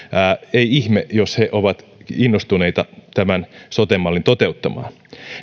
ei ihme jos he ovat innostuneita tämän sote mallin toteuttamaan